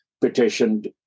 petitioned